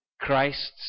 Christ's